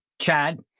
Chad